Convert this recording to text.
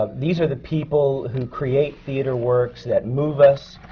ah these are the people who create theatre works that move us,